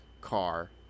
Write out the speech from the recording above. car